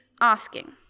asking